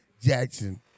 Jackson